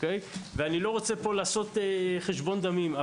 ואני לא רוצה פה לעשות חשבון דמים,